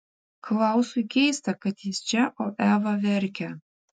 klausui keista kad jis čia o eva verkia